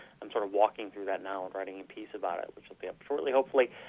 and sort of walking through that now when writing a piece about it. which will be up shortly hopefully.